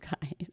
guys